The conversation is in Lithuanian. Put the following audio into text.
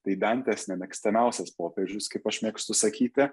tai dantės nemėgstamiausias popiežius kaip aš mėgstu sakyti